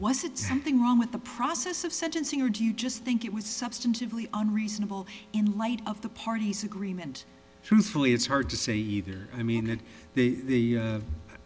was it something wrong with the process of sentencing or do you just think it was substantively unreasonable in light of the party's agreement truthfully it's hard to say either i mean that